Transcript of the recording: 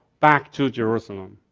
back to jerusalem.